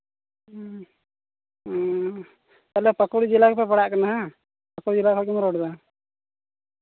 ᱦᱮᱸ ᱦᱮᱸ ᱛᱟᱦᱞᱮ ᱯᱟᱹᱠᱩᱲ ᱡᱮᱞᱟ ᱜᱮᱯᱮ ᱯᱟᱲᱟᱜ ᱠᱟᱱᱟ ᱵᱟᱝ ᱯᱟᱹᱠᱩᱲ ᱡᱮᱞᱟ ᱠᱷᱚᱱ ᱜᱮᱢ ᱨᱚᱲᱫᱟ